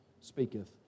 speaketh